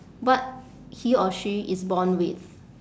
but he or she is born with